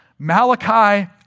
Malachi